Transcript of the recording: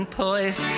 poise